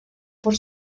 por